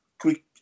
quick